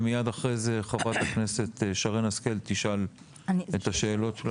ומיד אחרי זה חה"כ שרן השכל תשאל את השאלות.